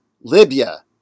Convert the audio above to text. Libya